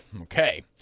Okay